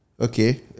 Okay